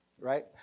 right